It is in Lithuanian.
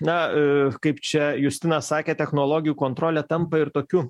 na kaip čia justinas sakė technologijų kontrolė tampa ir tokiu